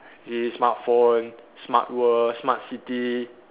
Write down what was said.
eh smart phone smart world smart city